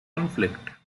conflict